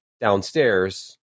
downstairs